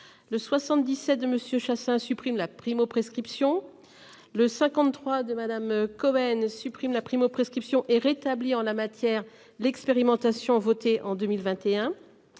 Le 77 de Monsieur Chassaing supprime la primo-prescription. Le 53 de Madame Cohen supprime la primo-prescription est rétabli en la matière, l'expérimentation votée en 2021.